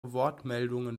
wortmeldungen